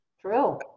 True